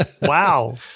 wow